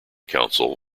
council